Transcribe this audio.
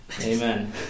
amen